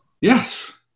yes